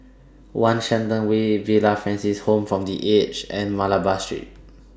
one Shenton Tower Villa Francis Home For The Aged and Malabar Street